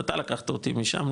אתה לקחת אותי לשם,